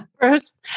First